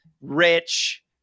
rich